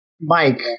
Mike